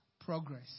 progress